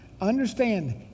Understand